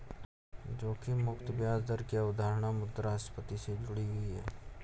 जोखिम मुक्त ब्याज दर की अवधारणा मुद्रास्फति से जुड़ी हुई है